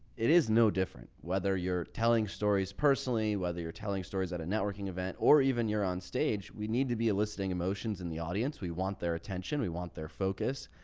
it is no different whether you're telling stories personally, whether you're telling stories at a networking event or even you're on stage. we need to be eliciting emotions in the audience. we want their attention. we want their focus.